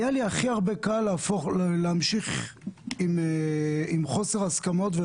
היה לי הכי קל להמשיך עם חוסר הסכמות.